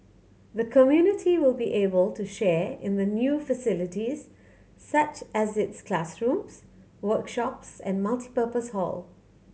the community will be able to share in the new facilities such as its classrooms workshops and multipurpose hall